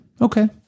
Okay